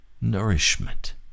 nourishment